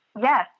Yes